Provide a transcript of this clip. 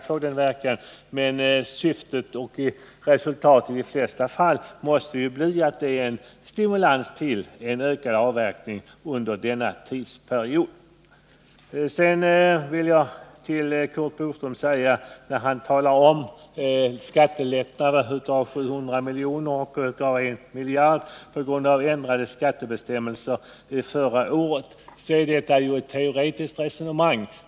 Sedan vill jag säga till Curt Boström, som talar om att det på grund av de förra året ändrade skattebestämmelserna blir skattelättnader på 700 miljoner och rent av 1 miljard, att detta är ett teoretiskt resonemang.